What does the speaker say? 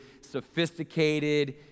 sophisticated